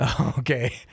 Okay